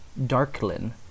Darklin